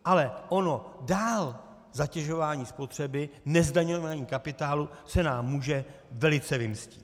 Ale ono dál zatěžování spotřeby, nezdaňování kapitálu se nám může velice vymstít.